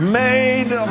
made